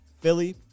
Philly